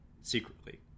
secretly